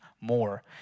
more